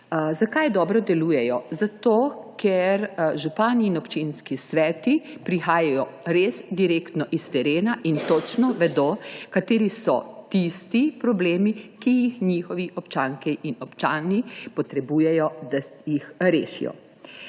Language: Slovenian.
Zakaj dobro delujejo? Zato ker župani in občinski sveti prihajajo res direktno s terena in točno vedo, kateri so tisti problemi, za katere jih njihovi občanke in občani potrebujejo, da jih rešijo.